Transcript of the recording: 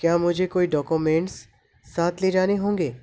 کیا مجھے کوئی ڈاکومینٹس ساتھ لے جانے ہوں گے